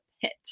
pit